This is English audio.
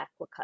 aquaculture